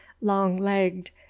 long-legged